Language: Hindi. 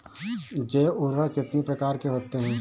जैव उर्वरक कितनी प्रकार के होते हैं?